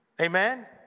Amen